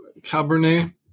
cabernet